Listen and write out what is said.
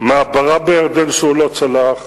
מעברה בירדן שהוא לא צלח,